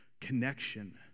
connection